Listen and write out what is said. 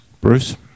Bruce